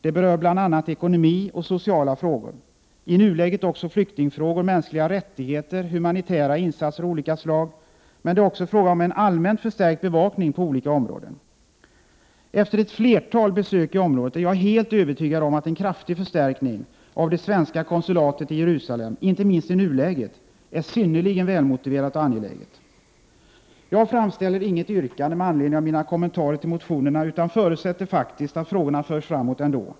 Det berör bl.a. ekonomi och sociala frågor, i nuläget också flyktingfrågor, mänskliga rättigheter och humanitära insatser av olika slag. Men det är också fråga om en allmänt förstärkt bevakning på olika områden. Efter ett flertal besök i området är jag helt övertygad om att en kraftig förstärkning av det svenska konsulatet i Jerusalem, inte minst i nuläget, är synnerligen välmotiverad och angelägen. Jag framställer inget yrkande med anledning av mina kommentarer till motionerna, utan förutsätter att frågorna förs framåt ändå.